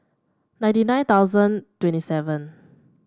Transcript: ninety nine thousand twenty seven